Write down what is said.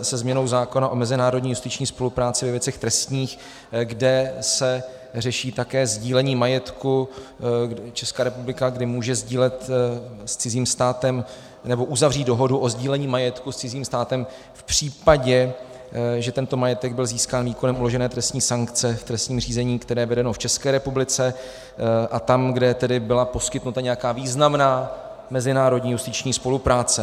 se změnou zákona o mezinárodní justiční spolupráci ve věcech trestních, kde se řeší také sdílení majetku, Česká republika kdy může sdílet s cizím státem, nebo uzavřít dohodu o sdílení majetku s cizím státem v případě, že tento majetek byl získán výkonem uložené trestní sankce v trestním řízení, které je vedeno v České republice, a tam, kde byla poskytnuta nějaká významná mezinárodní justiční spolupráce.